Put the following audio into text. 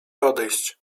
odejść